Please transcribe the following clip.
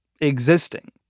existing